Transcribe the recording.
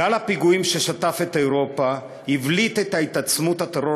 גל הפיגועים ששטף את אירופה הבליט את התעצמות הטרור